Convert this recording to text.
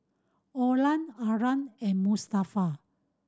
Olan Arlan and Mustafa